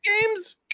games